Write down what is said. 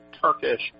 Turkish